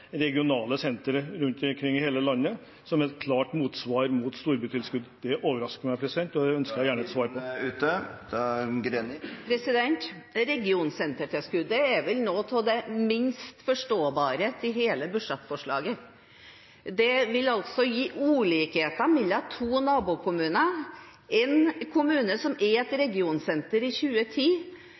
regionale sentre rundt omkring i hele landet som et klart motsvar til storbytilskuddet. Det overrasker meg, og det ønsker jeg gjerne svar på ... Da er tiden ute! Regionsentertilskuddet er vel noe av det minst forståelige i hele budsjettforslaget. Det vil gi ulikheter mellom to nabokommuner – en kommune som var et regionsenter i 2010,